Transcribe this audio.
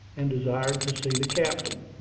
and desired to see the captain.